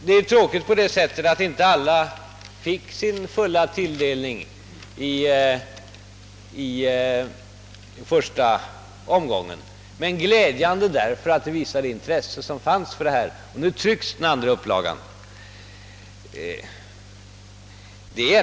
Det är tråkigt på det sättet att inte alla kunde få sin fulla tilldelning av den första upplagan, men det är glädjande av den anledningen att det visar vilket intresse som finns. Nu trycks alltså den andra upplagan.